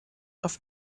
auf